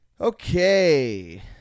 Okay